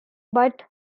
but